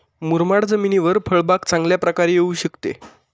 मुरमाड जमिनीवर फळबाग चांगल्या प्रकारे येऊ शकते का?